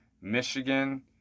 Michigan